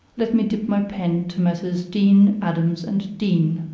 let me dip my pen to messrs. deane, adams and deane!